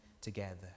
together